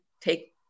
take